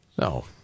No